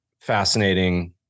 fascinating